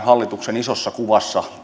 hallituksen isossa kuvassa